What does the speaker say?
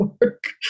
work